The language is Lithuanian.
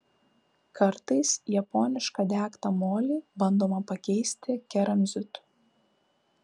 kartais japonišką degtą molį bandoma pakeisti keramzitu